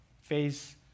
face